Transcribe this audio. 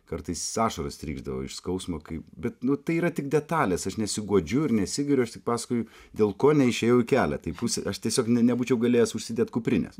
kartais ašaros trykšdavo iš skausmo kaip bet nu tai yra tik detalės aš nesiguodžiu ir nesigiriu aš tik pasakoju dėl ko neišėjau į kelią tai pusę aš tiesiog ne nebūčiau galėjęs užsidėt kuprinės